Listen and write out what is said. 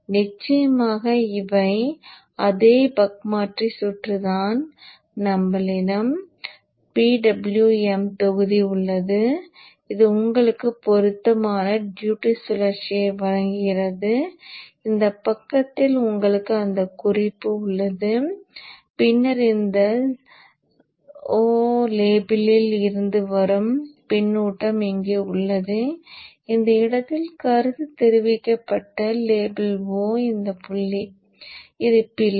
நிச்சயமாக இவை அதே பக் மாற்றி சுற்றுதான் நம்மிடம் PWM தொகுதி உள்ளது இது உங்களுக்கு பொருத்தமான டியூட்டி சுழற்சியை வழங்குகிறது இந்த பக்கத்தில் உங்களுக்கு அந்த குறிப்பு உள்ளது பின்னர் இந்த O லேபிளில் இருந்து வரும் பின்னூட்டம் இங்கே உள்ளது இந்த இடத்தில் கருத்து தெரிவிக்கப்பட்ட லேபிள் O இந்த புள்ளி இது பிழை